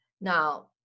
now